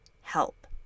help